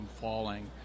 falling